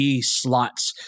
slots